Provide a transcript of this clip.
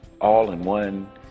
all-in-one